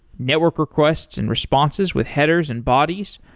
network requests and responses with headers and bodies,